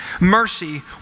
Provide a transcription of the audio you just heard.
mercy